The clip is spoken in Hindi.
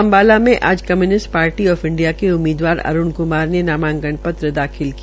अम्बाला में आज कम्यूनिस्ट पार्टी आफ इंडिया के उम्मीदवार अरूण क्मार ने नामांकन दाखिल किया